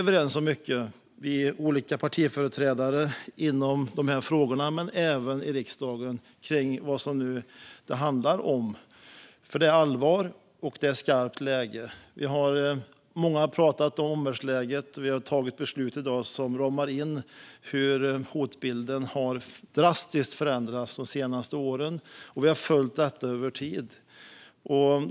Vi olika partiföreträdare, men även vi i riksdagen, är i mycket överens om vad det nu handlar om när det gäller de här frågorna. Det är allvar, och det är skarpt läge. Många har pratat om omvärldsläget, vi har tagit beslutet som ramar in hur hotbilden drastiskt har förändrats de senaste åren och vi har följt detta över tid.